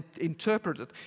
interpreted